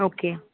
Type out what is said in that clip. okay